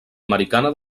americana